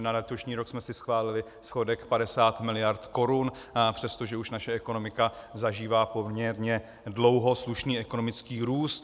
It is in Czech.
Na letošní rok jsme si schválili schodek 50 miliard korun, přestože už naše ekonomika zažívá poměrně dlouho slušný ekonomický růst.